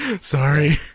sorry